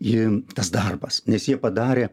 ir tas darbas nes jie padarė